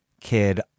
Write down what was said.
kid